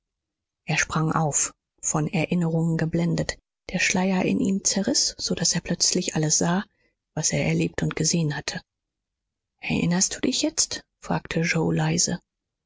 er sprang auf von erinnerungen geblendet der schleier in ihm zerriß so daß er plötzlich alles sah was er erlebt und gesehen hatte erinnerst du dich jetzt fragte yoe leise